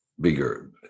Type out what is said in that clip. bigger